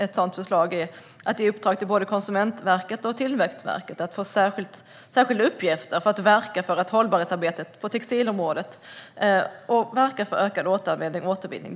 Ett sådant förslag är att ge både Konsumentverket och Tillväxtverket särskilda uppgifter för att verka för ett hållbarhetsarbete på textilområdet och för ökad återanvändning och återvinning.